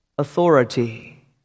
authority